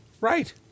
Right